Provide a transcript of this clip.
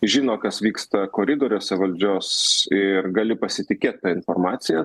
žino kas vyksta koridoriuose valdžios ir gali pasitikėt ta informacija